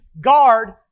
guard